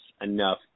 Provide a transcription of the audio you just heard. enough